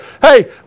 hey